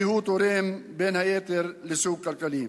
כי הוא תורם, בין היתר, לשגשוג כלכלי.